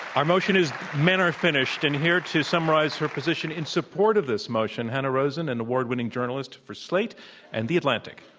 our motion is men are finished, and here to summarize her position in support of this motion, hanna rosin, an award-winning journalist for slate and the atlantic.